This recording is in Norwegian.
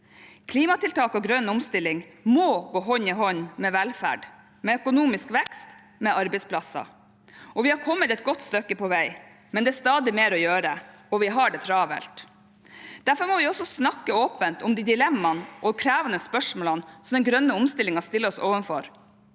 Klimatiltak og grønn omstilling må gå hånd i hånd med velferd, med økonomisk vekst og med arbeidsplasser. Vi har kommet et godt stykke på vei, men det er stadig mer å gjøre, og vi har det travelt. Derfor må vi også snakke åpent om de dilemmaene og krevende spørsmålene som den grønne omstillingen stiller oss overfor.